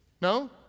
No